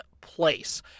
place